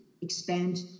expand